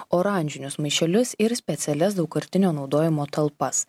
oranžinius maišelius ir specialias daugkartinio naudojimo talpas